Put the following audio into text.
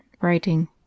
writing